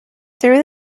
through